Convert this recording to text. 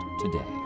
today